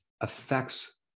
affects